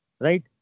Right